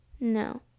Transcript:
no